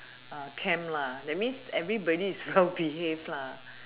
camp lah that means everybody is well behaved lah